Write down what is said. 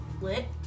Lit